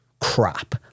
crap